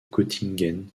göttingen